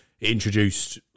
introduced